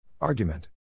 Argument